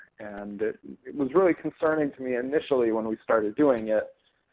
and it was really concerning to me initially when we started doing it,